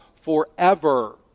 forever